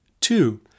Two